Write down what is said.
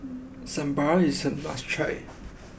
Sambar is a must try